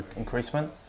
increasement